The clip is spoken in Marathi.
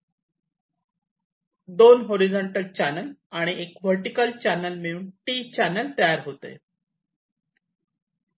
2 हॉरिझॉन्टल चॅनल आणि 1 वर्टीकल चॅनल मिळवून T चॅनल तयार होते